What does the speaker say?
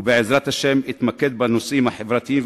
ובעזרת השם אתמקד בנושאים החברתיים